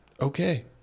okay